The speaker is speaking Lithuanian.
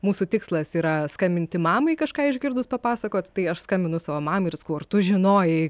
mūsų tikslas yra skambinti mamai kažką išgirdus papasakot tai aš skambinu savo mamai ir sakau ar tu žinojai